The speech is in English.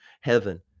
heaven